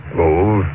move